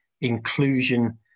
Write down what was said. inclusion